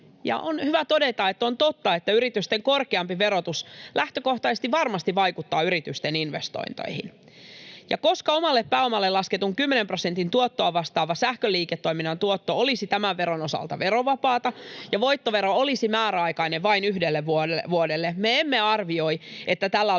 on hyvä todeta, että on totta, että yritysten korkeampi verotus lähtökohtaisesti varmasti vaikuttaa yritysten investointeihin. Koska omalle pääomalle lasketun kymmenen prosentin tuottoa vastaava sähköliiketoiminnan tuotto olisi tämän veron osalta verovapaata ja voittovero olisi määräaikainen vain yhdelle vuodelle, me emme arvioi, että tällä olisi